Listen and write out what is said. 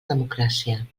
democràcia